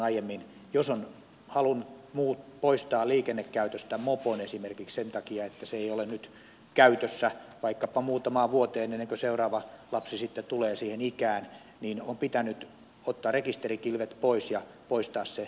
aiemmin jos on halunnut poistaa liikennekäytöstä mopon esimerkiksi sen takia että se ei ole nyt käytössä vaikkapa muutamaan vuoteen ennen kuin seuraava lapsi sitten tulee siihen ikään niin on pitänyt ottaa rekisterikilvet pois ja poistaa se ajoneuvo rekisteristä